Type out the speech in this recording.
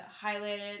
highlighted